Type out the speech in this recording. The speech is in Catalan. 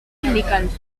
sindicals